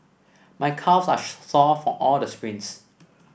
my calves are sore from all the sprints